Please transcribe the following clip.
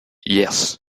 yes